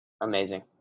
Amazing